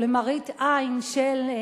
או למראית-עין של,